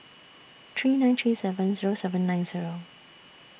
three nine three seven Zero seven nine Zero